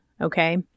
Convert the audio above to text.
okay